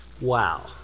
Wow